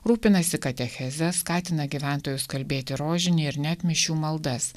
rūpinasi katecheze skatina gyventojus kalbėti rožinį ir net mišių maldas